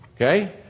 Okay